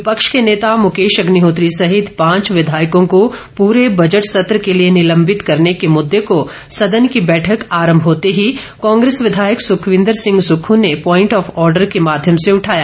विपक्ष के नेता मुकेश अग्निहोत्री सहित पांच विधायकों को पूरे बजट संत्र के लिए निलंबत करने के मुददे को सदन की बैठक आरंभ होते ही कांग्रेस विधायक सुखविंद्र सिंह सुक्खू ने प्वाइंट ऑफ आर्डर के माध्यम से उठाया